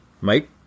Mike